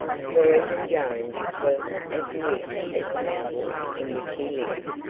swearengen jones was as mute as the mountains in which he lived.